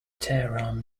tehran